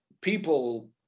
people